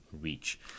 reach